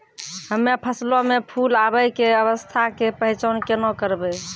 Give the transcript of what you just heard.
हम्मे फसलो मे फूल आबै के अवस्था के पहचान केना करबै?